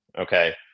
okay